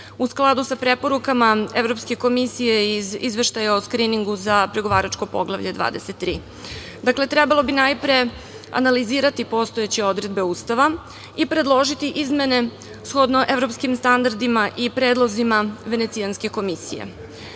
u skladu sa preporukama Evropske komisije iz Izveštaja o skriningu za pregovaračko Poglavlje 23. Dakle, trebalo bi najpre analizirati postojeće odredbe Ustava i predložiti izmene shodno evropskim standardima i predlozima Venecijanske komisije. Svesni